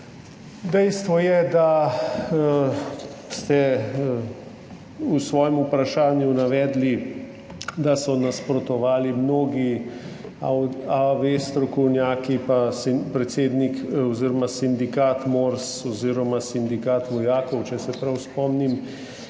Dejstvo je, da ste v svojem vprašanju navedli, da so nasprotovali mnogi strokovnjaki AV in predsednik oziroma sindikat Mors oziroma Sindikat vojakov Slovenije, če se prav spomnim.